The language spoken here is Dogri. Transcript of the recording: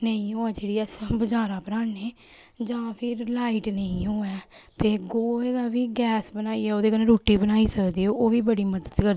नेईं होऐ जेह्ड़ी अस बज़ारा भराने जां फ्ही घर लाइट नेईं हौवै ते गोहे दा बी गैस बनाइयै ओह्दे कन्नै रूट्टी बनाई सकदे ओह् बी बड़ी मदद करदी